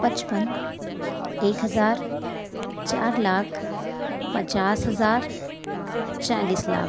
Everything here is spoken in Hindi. पचपन एक हज़ार चार लाख पचास हज़ार चालीस लाख